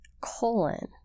colon